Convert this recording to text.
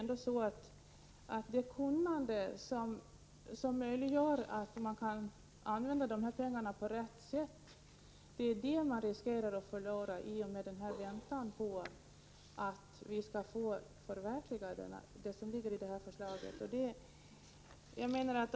Men det kunnande som möjliggör att använda pengarna på rätt sätt riskerar att gå förlorad i och med denna väntan på att få förverkliga förslaget.